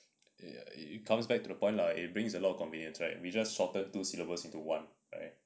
ya it it comes back to the point lah it brings a lot of convenience right we just sorted two syllables into one right